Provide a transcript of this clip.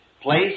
place